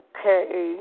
Okay